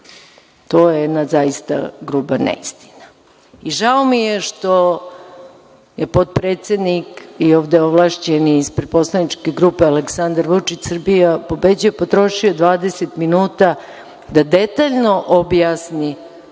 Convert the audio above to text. te jedna zaista grupa neistina. Žao mi je što potpredsednik i ovde ovlašćeni ispred poslaničke grupe Aleksandar Vučić – Srbija pobeđuje potrošio 20 minuta da detaljno objasni